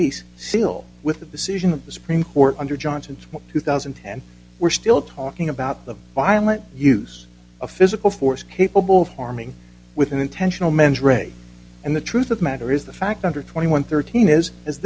case sill with the decision of the supreme court under johnson's two thousand and we're still talking about the violent use of physical force capable of harming with an intentional mens rea and the truth of the matter is the fact under twenty one thirteen is